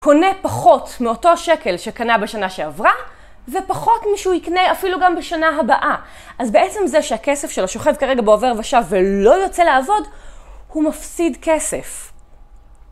קונה פחות מאותו השקל שקנה בשנה שעברה, ופחות משהוא יקנה אפילו גם בשנה הבאה. אז בעצם זה שהכסף שלו שוכב כרגע בעובר ושב ולא יוצא לעבוד, הוא מפסיד כסף.